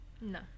No